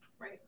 Right